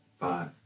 five